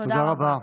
תודה רבה.